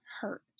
hurt